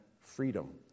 Freedom